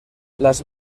las